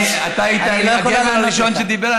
אתה היית הגבר הראשון שדיבר,